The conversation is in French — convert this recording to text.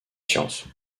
sciences